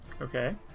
Okay